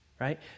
Right